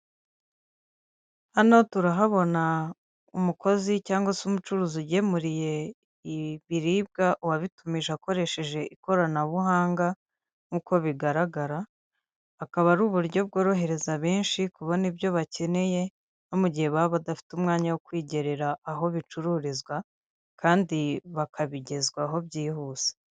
Hano turahabona umukozi cyangwa se umucuruzi ugemuriye ibiribwa uwabitumije akoresheje ikoranabuhanga nk'uko bigaragara, akaba ari uburyo bworohereza benshi kubona ibyo bakeneye, nko mu gihe baba badafite umwanya wo kwigerera aho bicururizwa, kandi bakabigezwaho byihuse.